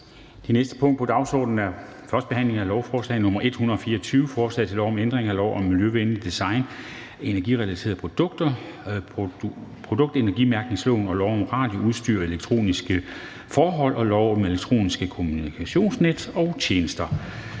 Det næste punkt på dagsordenen er: 7) 1. behandling af lovforslag nr. L 224: Forslag til lov om ændring af lov om miljøvenligt design af energirelaterede produkter, produktenergimærkningsloven, lov om radioudstyr og elektromagnetiske forhold og lov om elektroniske kommunikationsnet og -tjenester.